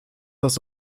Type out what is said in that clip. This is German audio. das